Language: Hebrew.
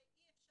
זה אי אפשר,